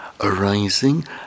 arising